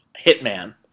hitman